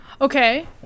Okay